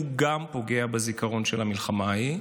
גם פוגע בזיכרון של המלחמה ההיא.